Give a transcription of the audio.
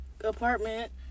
apartment